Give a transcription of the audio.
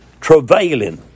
travailing